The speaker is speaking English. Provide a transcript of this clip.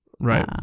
right